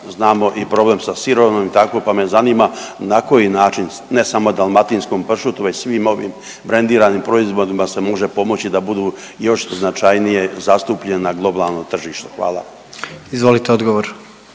znamo i problem sa sirovima i tako, pa me zanima na koji način ne samo dalmatinskom pršutu već svim ovim brendiranim proizvodima se može pomoći da budu još značajnije zastupljena na globalnom tržištu, hvala. **Jandroković,